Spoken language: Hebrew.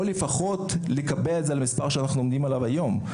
או לפחות לקבע את זה על המספר שאנחנו עומדים עליו היום.